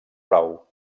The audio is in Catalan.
prou